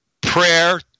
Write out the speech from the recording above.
prayer